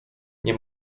nie